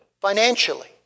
Financially